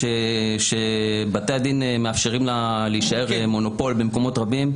שבתי הדין מאפשרים לה להישאר מונופול במקומות רבים,